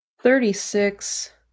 thirty-six